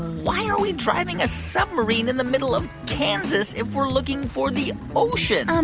why are we driving a submarine in the middle of kansas if we're looking for the ocean? um